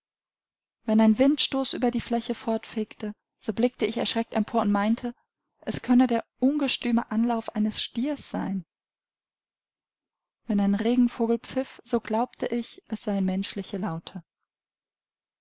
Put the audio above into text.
wenn ein windstoß über die fläche fortfegte so blickte ich erschreckt empor und meinte es könne der ungestüme anlauf eines stiers sein wenn ein regenvogel pfiff so glaubte ich es seien menschliche laute